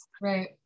Right